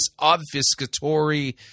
obfuscatory